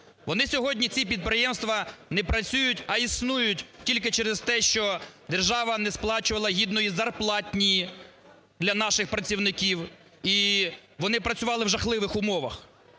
Вони сьогодні, ці підприємства не працюють, а існують тільки через те, що держава не сплачувала гідної зарплатні для наших працівників, і вони працювали в жахливих умовах.